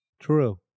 True